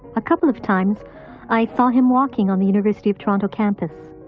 a couple of times i saw him walking on the university of toronto campus.